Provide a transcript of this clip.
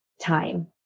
time